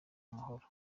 amahoro